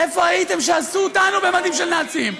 איפה הייתם כשעשו אותנו במדים של נאצים?